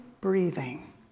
breathing